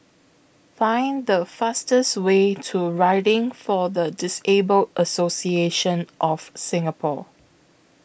Find The fastest Way to Riding For The Disabled Association of Singapore